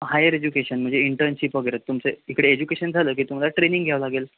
higher education म्हणजे internship वगैरे तुमचं इकडे एजुकेशन झालं की तुम्हाला ट्रेनिंग घ्यावं लागेल